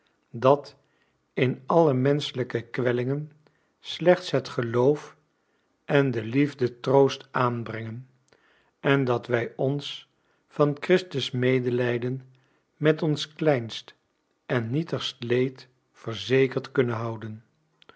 dat in alle menschelijke kwellingen slechts het geloof en de liefde troost aanbrengen en dat wij ons van christus medelijden met ons kleinst en nietigst leed verzekerd kunnen houden